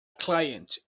client